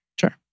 Sure